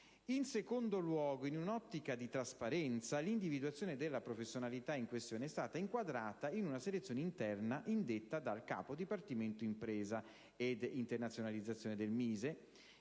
In secondo luogo, in un'ottica di trasparenza, l'individuazione della professionalità in questione è stata inquadrata in una selezione interna indetta dal capo dipartimento impresa ed internazionalizzazione del Ministero